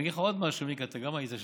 אגיד לך עוד משהו, גם היית שם,